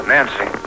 Nancy